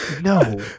No